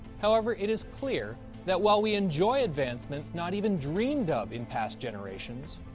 however, it is clear that while we enjoy advancements not even dreamed of in past generations,